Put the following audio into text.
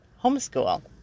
homeschool